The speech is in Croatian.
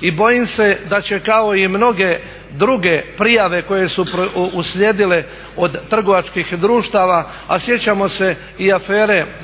I bojim se da će kao i mnoge druge prijave koje su uslijedile od trgovačkih društava, a sjećamo se i afere